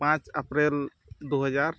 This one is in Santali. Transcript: ᱯᱟᱸᱪ ᱮᱯᱨᱤᱞ ᱫᱩ ᱦᱟᱡᱟᱨ